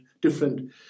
different